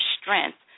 strength